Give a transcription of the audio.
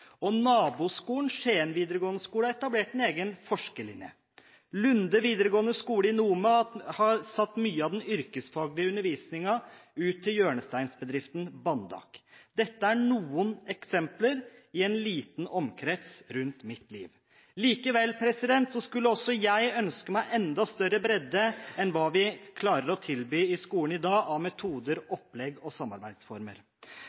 Naboskolen, Skien videregående skole, har etablert en egen forskerlinje. Lunde vidaregåande skule i Nome har satt mye av den yrkesfaglige undervisningen ut til hjørnestensbedriften Bandak. Dette er noen eksempler i en liten omkrets rundt mitt liv. Likevel skulle også jeg ønske meg enda større bredde enn hva vi klarer å tilby i skolen i dag av metoder,